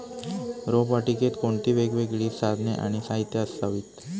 रोपवाटिकेत कोणती वेगवेगळी साधने आणि साहित्य असावीत?